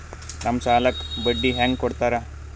ನಮ್ ಸಾಲಕ್ ಬಡ್ಡಿ ಹ್ಯಾಂಗ ಕೊಡ್ತಾರ?